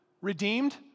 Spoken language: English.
Redeemed